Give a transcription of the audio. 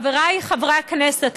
חבריי חברי הכנסת,